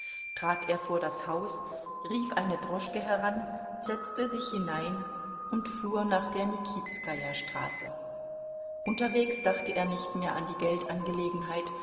trat er vor das haus rief eine droschke heran setzte sich hinein und fuhr nach der nikitskajastraße unterwegs dachte er nicht mehr an die